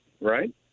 right